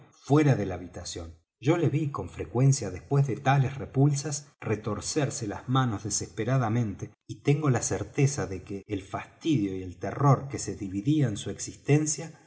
fuera de la habitación yo lo ví con frecuencia después de tales repulsas retorcerse los manos desesperadamente y tengo la certeza de que el fastidio y el terror que se dividían su existencia